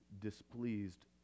displeased